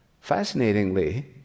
Fascinatingly